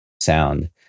sound